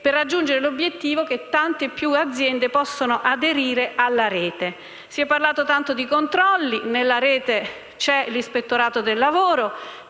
per raggiungere l'obiettivo che tante più aziende possano aderire alla Rete. Si è parlato tanto di controlli. Nella Rete c'è l'Ispettorato del lavoro.